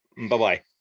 Bye-bye